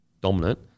dominant